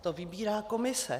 To vybírá komise.